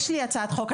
יש לי הצעת חוק.